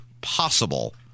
possible